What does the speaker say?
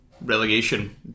relegation